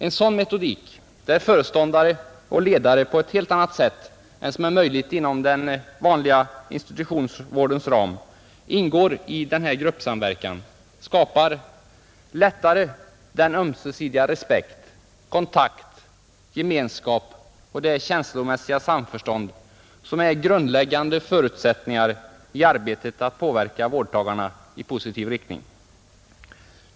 En sådan metodik — där föreståndare och ledare på ett annat sätt än som är möjligt inom den vanliga institutionsvårdens ram ingår i denna gruppsamverkan — skapar lättare den ömsesidiga respekt, kontakt och gemenskap och det känslomässiga samförstånd som är grundläggande förutsättningar i arbetet för att påverka vårdtagarna i positiv riktning.